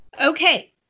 okay